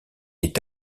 est